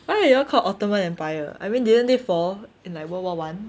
why are y'all called ottoman empire I mean didn't they fall in like world war one